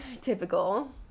typical